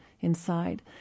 inside